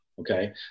okay